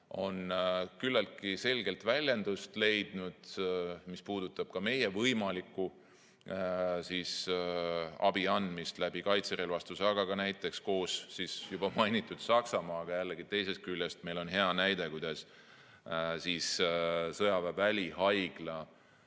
on küllaltki selget väljendust leidnud. See puudutab ka meie võimalikku abi andmist läbi kaitserelvastuse, aga ka näiteks koos juba mainitud Saksamaaga. Jällegi, teisest küljest, meil on hea näide, kuidas sõjaväe välihaigla